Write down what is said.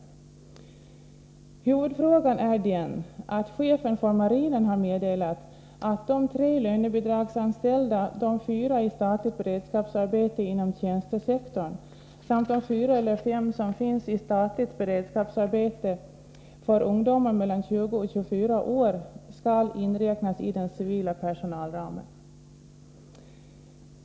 Huvudfrågan är den att chefen för marinen har meddelat att de tre lönebidragsanställda, de fyra i statligt beredskapsarbete inom tjänstesektorn samt de fyra eller fem som finns i statligt beredskapsarbete för ungdomar mellan 20 och 24 år skall räknas in i den civila personalramen.